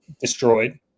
destroyed